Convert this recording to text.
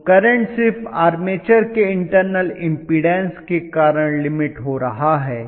तो करंट सिर्फ आर्मेचर के इंटरनल इम्पीडन्स के कारण लिमिट हो रहा है